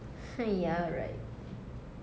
ah ya right